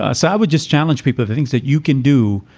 ah so i would just challenge people for things that you can do.